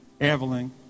Evelyn